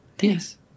Yes